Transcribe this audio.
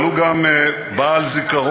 אבל הוא גם בעל זיכרון,